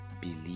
believe